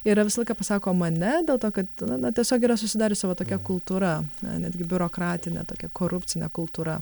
yra visą laiką pasakoma ne dėl to kad na na tiesiog yra susidariusi va tokia kultūra netgi biurokratinė tokia korupcinė kultūra